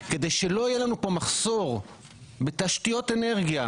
כדי שלא יהיה לנו מחסור בתשתיות אנרגיה.